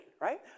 right